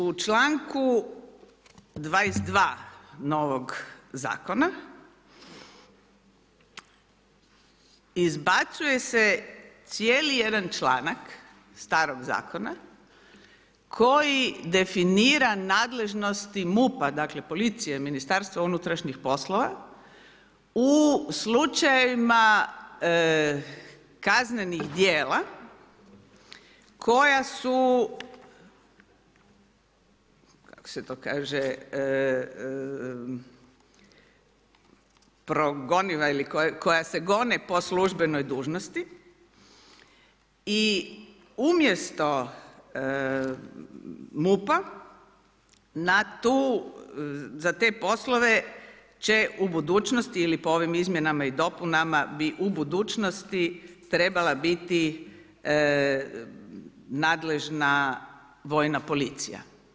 U članku 22. novog zakona izbacuje se cijeli jedan članak starog zakona koji definira nadležnosti MUP-a, dakle policije, Ministarstva unutrašnjih poslova u slučajevima kaznenih djela koja su progoniva ili koja se gone po službenoj dužnosti i umjesto MUP-a za te poslove će budućnosti ili po ovim izmjenama i dopunama bi u budućnosti trebala biti nadležna vojna policija.